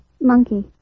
monkey